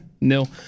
nil